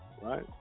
right